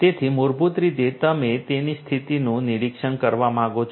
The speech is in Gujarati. તેથી મૂળભૂત રીતે તમે તેની સ્થિતિનું નિરીક્ષણ કરવા માંગો છો